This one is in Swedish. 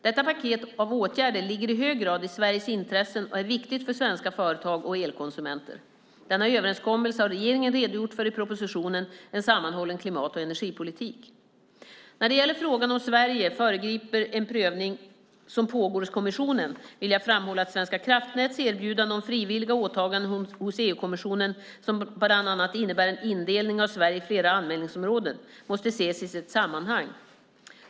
Detta paket av åtgärder ligger i hög grad i Sveriges intresse och är viktigt för svenska företag och elkonsumenter. Denna överenskommelse har regeringen redogjort för i propositionen om en sammanhållen klimat och energipolitik. När det gäller frågan om Sverige föregriper en prövning som pågår hos kommissionen vill jag framhålla att Svenska kraftnäts erbjudande om frivilliga åtaganden hos EU-kommissionen, som bland annat innebär en indelning av Sverige i flera anmälningsområden, måste ses i sitt sammanhang.